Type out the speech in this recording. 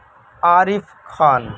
Arif Khan